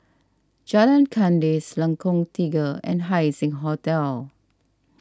Jalan Kandis Lengkong Tiga and Haising Hotel